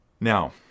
Now